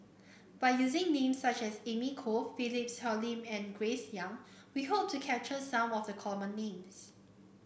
by using names such as Amy Khor Philip Hoalim and Grace Young we hope to capture some of the common names